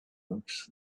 books